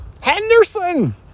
Henderson